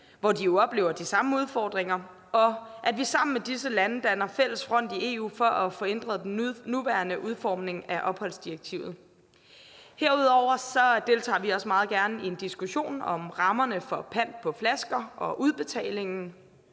hvor de jo oplever de samme udfordringer, og at vi sammen med disse lande skal danne fælles front i EU for at få ændret den nuværende udformning af opholdsdirektivet. Herudover deltager vi også meget gerne i en diskussion om rammerne for pant på flasker og udbetalingen